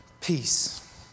peace